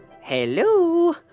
Hello